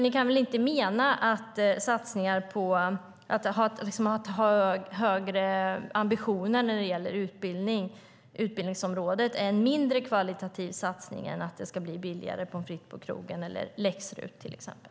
Ni kan väl inte mena att detta att ha högre ambitioner när det gäller utbildningsområdet är en mindre kvalitativ satsning än att det ska bli billigare pommes frites på krogen eller läx-RUT till exempel?